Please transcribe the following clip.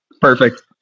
perfect